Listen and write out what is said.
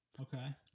Okay